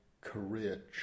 career